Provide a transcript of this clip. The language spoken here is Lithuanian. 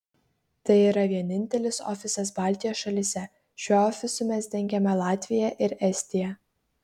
tai yra vienintelis ofisas baltijos šalyse šiuo ofisu mes dengiame latviją ir estiją